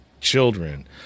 children